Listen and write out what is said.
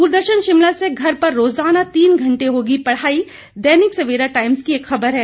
द्रदर्शन शिमला से घर पर रोजाना तीन घंटे होगी पढ़ाई दैनिक सवेरा टाइम्स की एक खबर है